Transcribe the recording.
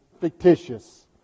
fictitious